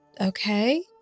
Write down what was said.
Okay